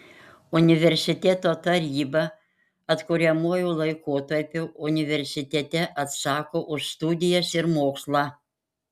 universiteto taryba atkuriamuoju laikotarpiu universitete atsako už studijas ir mokslą